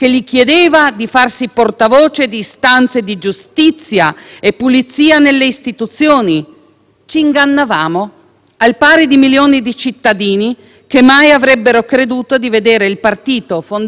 Ci ingannavamo, al pari di milioni di cittadini che mai avrebbero creduto di vedere il partito fondato da Beppe Grillo ricorrere ai metodi del tanto vituperato Berlusconi.